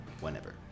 Whenever